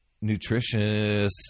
nutritious